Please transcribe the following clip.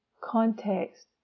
Context